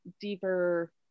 deeper